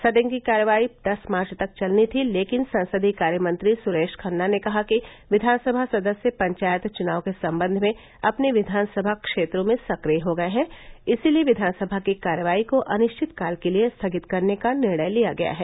सदन की कार्यवाही दस मार्च तक चलनी थी लेकिन संसदीय कार्य मंत्री सुरेश खन्ना ने कहा कि विधानसभा सदस्य पंचायत चुनाव के सम्बंध में अपने विधानसभा क्षेत्रों में सक्रिय हो गये हैं इसलिए विधानसभा की कार्यवाही को अनिश्चितकाल के लिये स्थगित करने का निर्णय लिया गया है